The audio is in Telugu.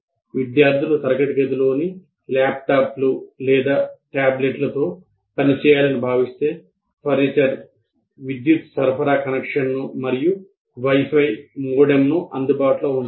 విద్యార్థులు తరగతి గదిలోని ల్యాప్టాప్లు లేదా టాబ్లెట్ అందుబాటులో ఉంచాలి